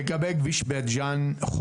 לגבי כביש בית ג'ן-חורפיש,